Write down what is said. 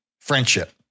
friendship